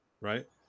right